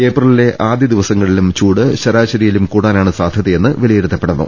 ഏപ്രിലിലെ ആദ്യ ദിവസങ്ങളിലും ചൂട് ശരാശരിയിലും കൂടാനാണ് സാധൃതയെന്ന് വിലയിരുത്തപ്പെടുന്നു